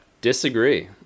disagree